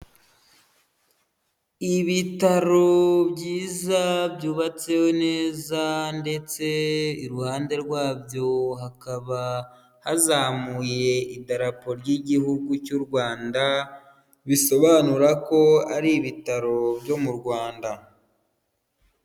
Ibitaro byiza byubatse neza ndetse iruhande rwabyo hakaba hazamuye idarapo ry'Igihugu cy'u Rwanda, bisobanura ko ari ibitaro byo mu Rwanda.